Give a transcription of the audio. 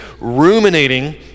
ruminating